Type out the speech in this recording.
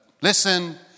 listen